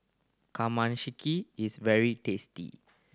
kamameshi is very tasty